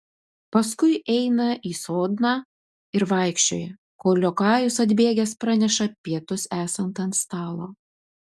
paskui eina į sodną ir vaikščioja kol liokajus atbėgęs praneša pietus esant ant stalo